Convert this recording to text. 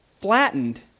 flattened